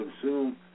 consume